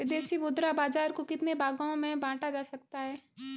विदेशी मुद्रा बाजार को कितने भागों में बांटा जा सकता है?